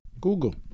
Google